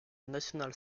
national